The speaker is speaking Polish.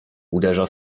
uderza